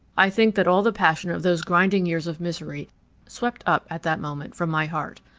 i think that all the passion of those grinding years of misery swept up at that moment from my heart.